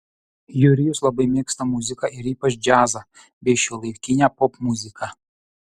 jurijus labai mėgsta muziką ir ypač džiazą bei šiuolaikinę popmuziką